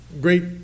Great